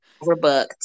Overbooked